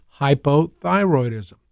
hypothyroidism